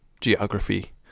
geography